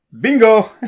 Bingo